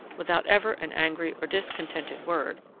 without ever an angry or discontented word,